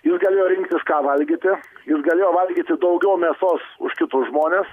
jis galėjo rinktis ką valgyti jis galėjo valgyti daugiau mėsos už kitus žmones